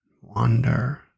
wander